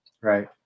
Right